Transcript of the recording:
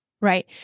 Right